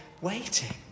waiting